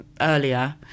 earlier